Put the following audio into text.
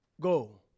Go